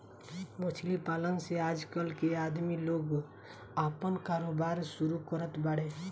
मछली पालन से आजकल के आदमी लोग आपन कारोबार शुरू करत बाड़े